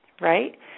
right